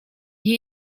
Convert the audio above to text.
nie